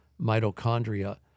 mitochondria